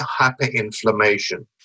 hyperinflammation